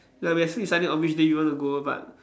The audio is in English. ya we are still deciding on which day we want to go but